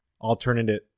alternative